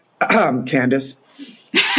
Candice